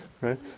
Right